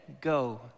go